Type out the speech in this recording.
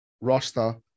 roster